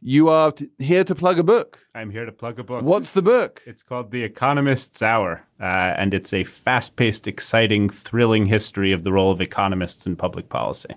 you are here to plug a book i'm here to plug a book. what's the book it's called the economist's hour and it's a fast paced exciting thrilling history of the role of economists and public policy